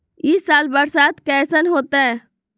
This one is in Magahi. ई साल बरसात कैसन होतय?